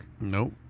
Nope